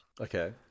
Okay